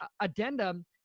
addendum